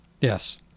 Yes